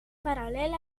paral·lel